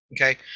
Okay